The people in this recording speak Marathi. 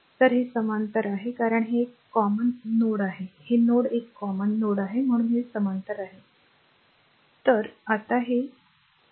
तर हे समांतर आहे कारण हे एक r commonसामान्य नोड आहे हे नोड एक common नोड आहे म्हणून ते समांतर आहेत म्हणून मला ते स्वच्छ करू द्या